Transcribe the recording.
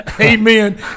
Amen